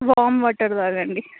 warm water త్రాగండి